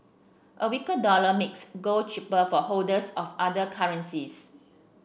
a weaker dollar makes gold cheaper for holders of other currencies